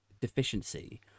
deficiency